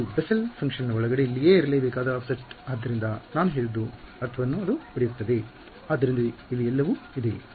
ಅದು Bessel function ಒಳಗಡೆ ಯಲ್ಲಿಯೇ ಇರಲೇಬೇಕಾದ ಆಫ್ ಸೆಟ್ ಆದ್ದರಿಂದ ನಾನು ಹೇಳಿದ್ದು ಅರ್ಥವನ್ನು ಅದು ಪಡೆಯುತ್ತದೆ ಆದ್ದರಿಂದ ಇಲ್ಲಿ ಎಲ್ಲವೂ ಇದೆ